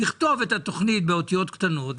לכתוב את התכנית באותיות קטנות,